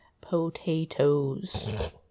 Potatoes